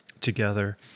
together